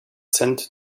sent